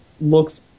looks